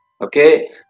okay